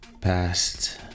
past